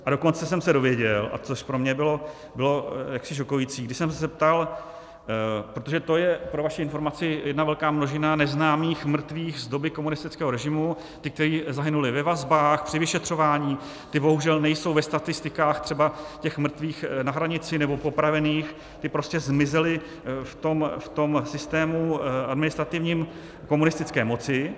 A dokonce jsem se dověděl, což pro mě bylo jaksi šokující, když jsem se ptal protože to je pro vaši informaci jedna velká množina neznámých mrtvých z doby komunistického režimu, ti, kteří zahynuli ve vazbách, při vyšetřování, ti bohužel nejsou ve statistikách třeba těch mrtvých na hranici nebo popravených, ti prostě zmizeli v tom systému administrativním komunistické moci.